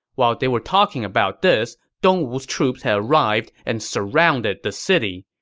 while they were talking about this, dongwu's troops had arrived and surrounded the city.